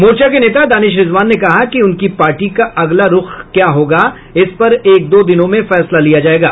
मोर्चा के नेता दानिश रिजवान ने कहा कि उनकी पार्टी का अगला रूख क्या होगा इस पर एक दो दिनों में फैसला लिया जायेगा